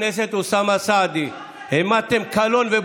המכתב הזה מיועד לאפשר למיקי לוי,